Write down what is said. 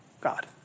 God